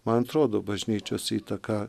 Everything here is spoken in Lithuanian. man atrodo bažnyčios įtaka